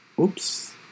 Oops